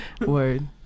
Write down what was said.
Word